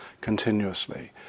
continuously